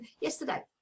yesterday